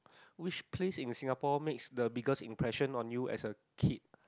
which place in Singapore makes the biggest impression on you as a kid